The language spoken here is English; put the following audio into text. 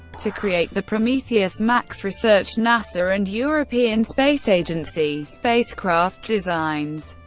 to create the prometheus, max researched nasa and european space agency spacecraft designs,